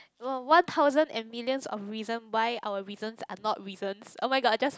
or one thousand and millions of reason why our reasons are not reasons oh-my-god I just